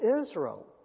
Israel